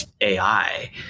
AI